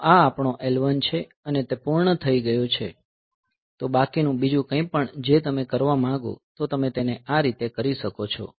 તો આ આપણો L1 છે અને તે પૂર્ણ થઈ ગયું છે તો બાકીનું બીજું કંઈપણ જે તમે કરવા માંગો તો તમે તેને આ રીતે કરી શકો છો